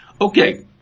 Okay